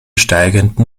steigenden